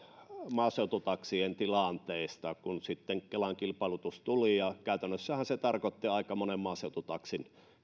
maaseututaksien tilanteesta kun sitten kelan kilpailutus tuli niin käytännössähän se tarkoitti aika monen maaseututaksin